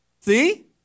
See